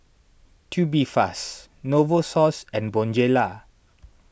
Tubifast Novosource and Bonjela